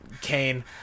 kane